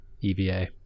EVA